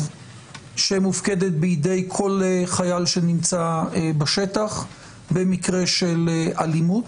שמופקדת בידי כל חייל שנמצא בשטח במקרה של אלימות,